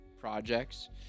projects